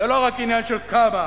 זה לא רק עניין של כמה,